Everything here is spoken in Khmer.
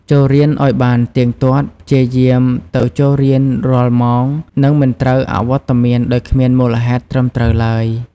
ចូលរៀនឱ្យបានទៀងទាត់ ព្យាយាមទៅចូលរៀនរាល់ម៉ោង និងមិនត្រូវអវត្តមានដោយគ្មានមូលហេតុត្រឹមត្រូវឡើយ។